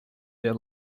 their